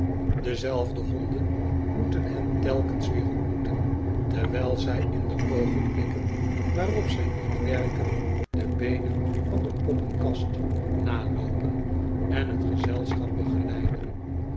dezelfde honden moeten hen telkens weer ontmoeten terwijl zij in de oogenblikken waarop zij niet werken de beenen van de poppenkast naloopen en t gezelschap begeleiden